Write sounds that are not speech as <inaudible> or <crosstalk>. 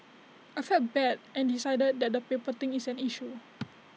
I felt bad and decided that the paper thing is an issue <noise>